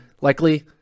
likely